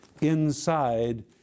inside